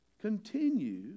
Continue